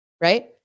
right